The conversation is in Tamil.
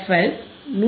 எல் 159